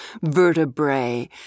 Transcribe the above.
vertebrae